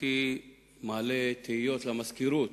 הייתי מעלה תהיות למזכירות.